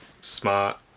Smart